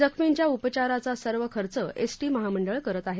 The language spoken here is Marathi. जखमींच्या उपचाराचा सर्व खर्च एसटी महामंडळ करत आहे